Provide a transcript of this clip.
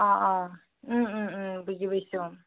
অ অ ও ও ও বুজি পাইছোঁ